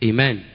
Amen